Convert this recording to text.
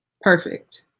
perfect